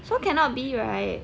so cannot be right